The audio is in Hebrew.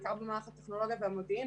בעיקר במערך הטכנולוגיה והמודיעין,